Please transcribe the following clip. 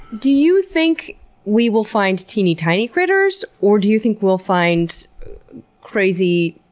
do you think we will find teeny tiny critters or do you think we'll find crazy,